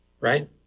Right